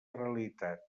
realitat